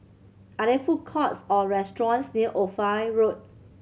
are there food courts or restaurants near Ophir Road